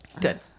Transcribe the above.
good